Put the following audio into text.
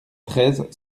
treize